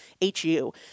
H-U